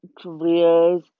careers